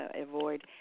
avoid